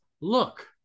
Look